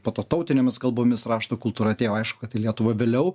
po to tautinėmis kalbomis rašto kultūra atėjo aišku kad į lietuvą vėliau